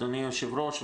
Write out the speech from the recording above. אדוני היושב-ראש,